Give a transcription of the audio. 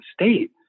state